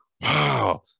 wow